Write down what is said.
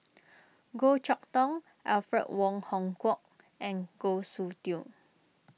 Goh Chok Tong Alfred Wong Hong Kwok and Goh Soon Tioe